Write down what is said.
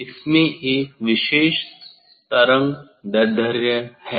इसमें एक विशेष तरंगदैर्ध्य है